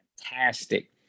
fantastic